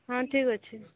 ହଁ ଠିକ୍ ଅଛି